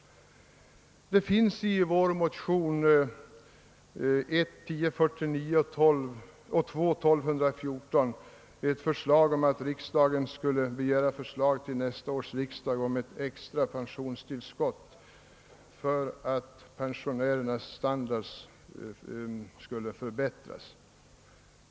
I våra motioner 1: 1049 och II: 1214 har föreslagits att riksdagen skulle begära förslag till nästa års riksdag om ett extra pensionstillskott för att pensionärernas standard skulle förbättras.